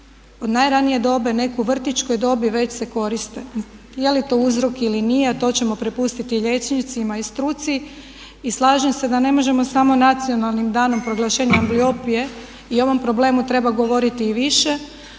od najranije dobi neki već u vrtićkoj dobi već se koriste. Je li to uzrok ili nije to ćemo prepustiti liječnicima i struci. I slažem se da ne možemo samo nacionalnim danom proglašenja ambliopije i o ovom problemu treba govoriti i više